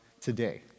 today